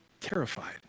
Terrified